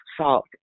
salt